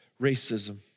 racism